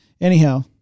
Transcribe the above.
Anyhow